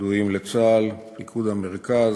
ידועים לצה"ל, פיקוד המרכז.